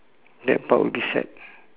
that part will be sad